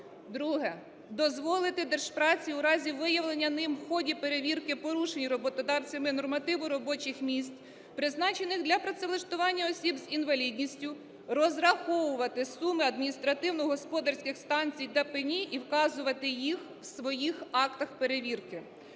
Друге. Дозволити Держпраці у разі виявлення ним в ході перевірки порушень роботодавцями нормативу робочих місць, призначених для працевлаштування осіб з інвалідністю, розраховувати суми адміністративно-господарських санкцій та пені і вказувати їх в своїх актах перевірки,